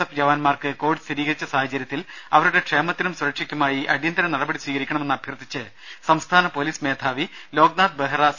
F ജവാൻമാർക്ക് covid സ്ഥിരീകരിച്ച സാഹചര്യത്തിൽ അവരുടെ ക്ഷേമത്തിനും സുരക്ഷയ്ക്കുമായി അടിയന്തിര നടപടി സ്വീകരിക്കണമെന്ന് അഭ്യർത്ഥിച്ച് സംസ്ഥാന പോലീസ് മേധാവി ലോക്നാഥ് ബെഹ്റ സി